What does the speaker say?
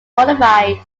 modified